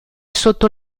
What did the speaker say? sotto